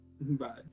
Bye